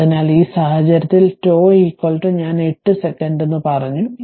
അതിനാൽ ഈ സാഹചര്യത്തിൽ τ ഞാൻ 8 സെക്കൻഡ് പറഞ്ഞു